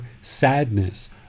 sadness